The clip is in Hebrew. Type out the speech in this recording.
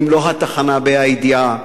אם לא התחנה בה"א הידיעה,